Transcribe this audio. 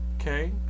Okay